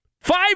Five